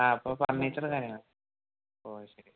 ആ അപ്പോൾ ഫർണിച്ചറും കാര്യങ്ങള് ഓ ശരി